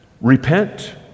repent